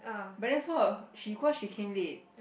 but then so her cause she came late